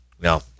No